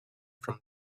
from